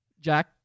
Jack